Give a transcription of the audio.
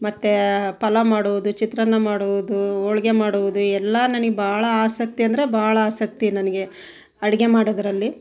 ಮತ್ತೆ ಪಲಾವ್ ಮಾಡುವುದು ಚಿತ್ರಾನ್ನ ಮಾಡುವುದು ಹೋಳಿಗೆ ಮಾಡುವುದು ಎಲ್ಲ ನನಗೆ ಬಹಳ ಆಸಕ್ತಿ ಅಂದರೆ ಬಹಳ ಆಸಕ್ತಿ ನನಗೆ ಅಡಿಗೆ ಮಾಡೋದರಲ್ಲಿ